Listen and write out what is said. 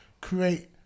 create